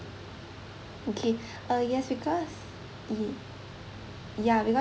okay uh yes because y~ ya because